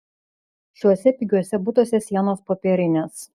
šiuose pigiuose butuose sienos popierinės